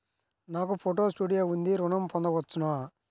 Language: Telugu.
నాకు ఫోటో స్టూడియో ఉంది ఋణం పొంద వచ్చునా?